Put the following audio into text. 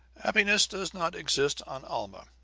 happiness does not exist on alma.